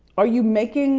are you making